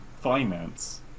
finance